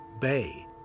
bay